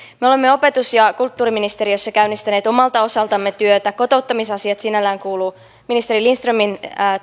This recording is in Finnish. me olemme opetus ja kulttuuriministeriössä käynnistäneet omalta osaltamme työtä kotouttamisasiat sinällään kuuluvat ministeri lindströmin